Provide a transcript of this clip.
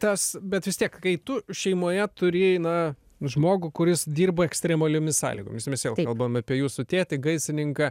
tas bet vis tiek kai tu šeimoje turi na žmogų kuris dirba ekstremaliomis sąlygomis mes vėl kalbam apie jūsų tėtį gaisrininką